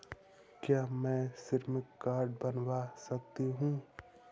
क्या मैं श्रम कार्ड बनवा सकती हूँ?